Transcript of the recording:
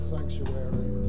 sanctuary